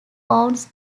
owns